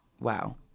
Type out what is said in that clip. wow